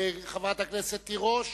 חברת הכנסת רונית תירוש.